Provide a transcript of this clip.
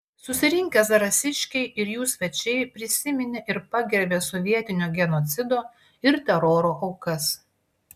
susirinkę zarasiškiai ir jų svečiai prisiminė ir pagerbė sovietinio genocido ir teroro aukas